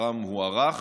מעצרם הוארך,